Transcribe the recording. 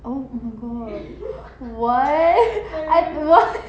oh oh my god what i~ what